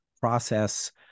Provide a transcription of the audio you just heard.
process